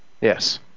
Yes